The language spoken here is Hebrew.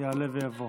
יעלה ויבוא.